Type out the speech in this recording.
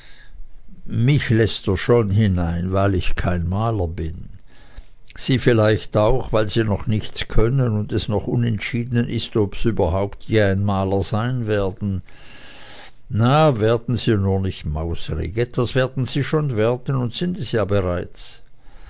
mich läßt er schon hinein weil ich kein maler bin sie vielleicht auch weil sie noch nichts können und es noch unentschieden ist ob sie überhaupt je ein maler sein werden na werden sie nur nicht mauserig etwas werden sie schon werden und sind es ja bereits